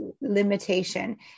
limitation